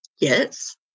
Yes